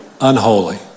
Unholy